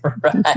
Right